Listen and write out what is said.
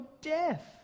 death